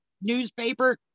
newspaper